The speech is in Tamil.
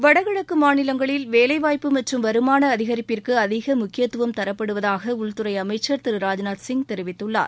வடகிழக்கு மாநிலங்களில் வேலைவாய்ப்பு மற்றும் வருமான அதிகரிப்பிற்கு அதிக முக்கியத்துவம் தரப்படுவதாக உள்துறை அமைச்சர் திரு ராஜ்நாத் சிங் தெரிவித்துள்ளார்